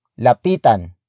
Lapitan